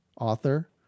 author